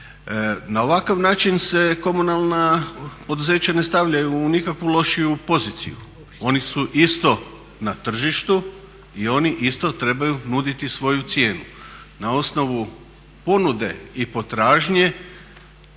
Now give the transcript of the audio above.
Na ovakav način se komunalna poduzeća ne stavljaju u nikakvu lošiju poziciju. Oni su isto na tržištu i oni isto trebaju nuditi svoju cijenu. Na osnovu ponude i potražnje